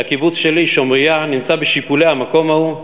שהקיבוץ שלי, שומריה, נמצא בשיפולי המקום ההוא.